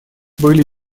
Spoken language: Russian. были